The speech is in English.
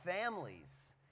families